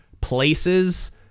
places